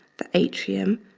the atrium,